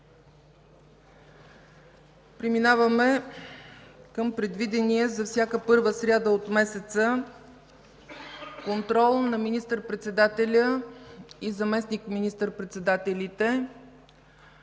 Преминаваме към предвидения за всяка първа сряда от месеца контрол на министър-председателя и заместник министър-председателите: